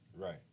Right